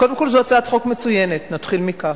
קודם כול, זו הצעת חוק מצוינת, נתחיל מכך.